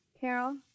Carol